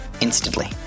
instantly